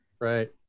right